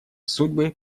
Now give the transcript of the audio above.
судьбы